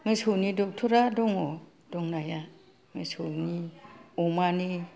मोसौनि डक्टरा दङ दंनाया मोसौनि अमानि